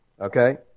Okay